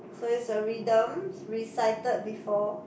so it's a rhythm recited before